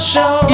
Show